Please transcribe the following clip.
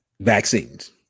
vaccines